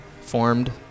formed